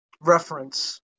Reference